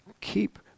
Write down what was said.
keep